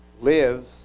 lives